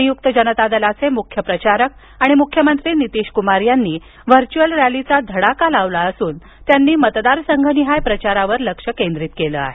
संयुक्त जनता दलाचे मुख्य प्रचारक आणि मुख्यमंत्री नितीशकुमार यांनी व्हर्चुअल रॅलीचा धडाका लावला असून त्यांनी मतदारसंघनिहाय प्रचारावर लक्ष केंद्रित केलं आहे